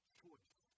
choice